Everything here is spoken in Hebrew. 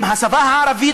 אם השפה הערבית,